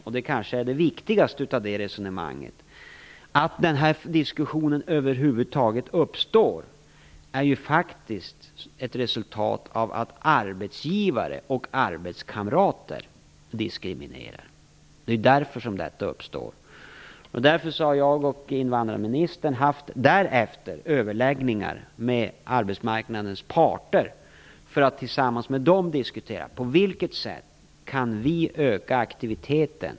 Att den här diskussionen över huvud taget uppstår, och det kanske är det viktigaste i detta resonemang, är ju faktiskt ett resultat av att arbetsgivare och arbetskamrater diskriminerar. Därför har jag och invandrarministern haft överläggningar med arbetsmarknadens parter för att tillsammans med dem diskutera på vilket sätt vi kan öka aktiviteten.